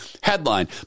headline